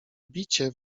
bicie